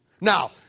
Now